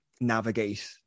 navigate